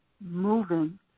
moving